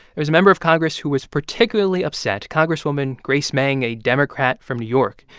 was a member of congress who was particularly upset congresswoman grace meng, a democrat from new york.